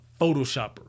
Photoshopper